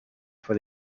for